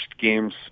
games